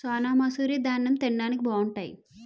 సోనామసూరి దాన్నెం తిండానికి బావుంటాయి